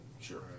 sure